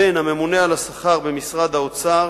של הממונה על השכר במשרד האוצר,